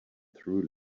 through